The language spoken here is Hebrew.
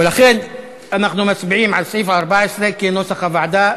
ולכן אנחנו מצביעים על סעיף 14 כנוסח הוועדה.